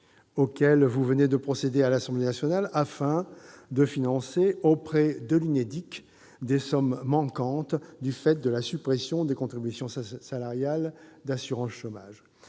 auquel vous venez de procéder à l'Assemblée nationale afin de financer auprès de l'UNEDIC des sommes manquantes du fait de la suppression des contributions salariales d'assurance chômage.